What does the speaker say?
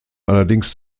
allerdings